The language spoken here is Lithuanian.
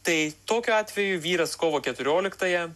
tai tokiu atveju vyras kovo keturioliktąją